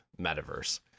metaverse